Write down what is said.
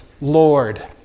lord